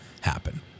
happen